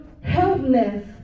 helpless